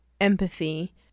empathy